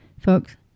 Folks